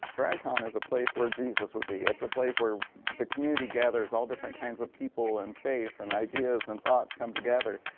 drag con is a place where jesus would be. it's a place where the community gathers, all different kinds of people, and faiths, and ideas, and thoughts come together.